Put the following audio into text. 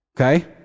Okay